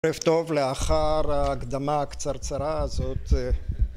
ערב טוב, לאחר ההקדמה הקצרצרה הזאת